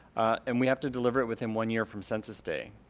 and we have to deliver it within one year from census day.